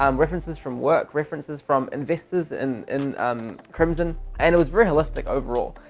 um references from work, references from investors and in crimson, and it was very holistic overall.